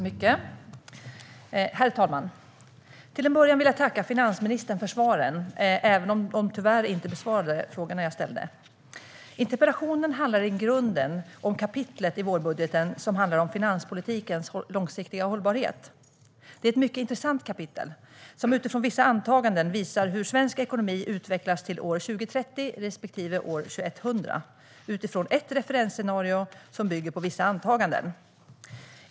Herr talman! Till en början vill jag tacka finansministern för svaren, även om de tyvärr inte besvarade frågorna jag ställde. Interpellationen handlar i grunden om det kapitel i vårbudgeten som handlar om finanspolitikens långsiktiga hållbarhet. Det är ett mycket intressant kapitel som utifrån vissa antaganden visar hur svensk ekonomi utvecklas till år 2030 respektive år 2100 utifrån ett referensscenario som bygger på vissa antaganden.